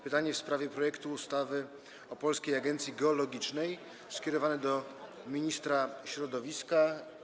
Pytanie w sprawie projektu ustawy o Polskiej Agencji Geologicznej skierowane jest do ministra środowiska.